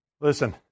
Listen